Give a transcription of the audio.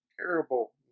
terrible